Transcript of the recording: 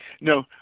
no